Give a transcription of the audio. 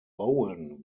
bowen